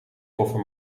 koffer